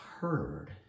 heard